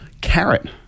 Carrot